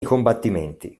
combattimenti